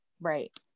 Right